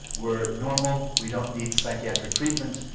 we're normal, we don't need psychiatric treatment'.